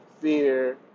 fear